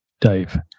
Dave